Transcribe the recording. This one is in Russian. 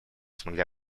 смогли